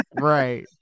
right